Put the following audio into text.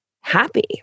happy